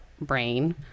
brain